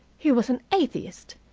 he was an atheist.